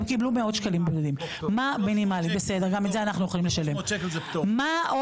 300 שקל זה פטור?